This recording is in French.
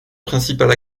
principale